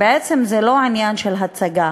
שבעצם זה לא עניין של הצגה,